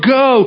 go